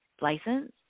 license